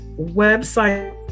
website